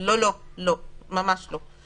לא, ממש לא.